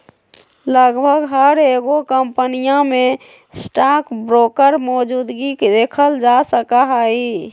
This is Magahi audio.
लगभग हर एगो कम्पनीया में स्टाक ब्रोकर मौजूदगी देखल जा सका हई